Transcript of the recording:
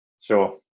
Sure